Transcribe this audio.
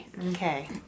Okay